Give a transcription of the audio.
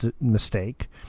mistake